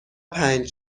پنج